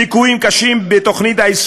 ליקויים קשים ביישום